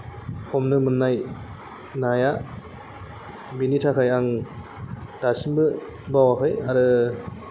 हमनो मोननाय नाया बेनिथाखाय आं दासिमबो बावाखौ आरो